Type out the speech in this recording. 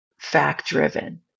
fact-driven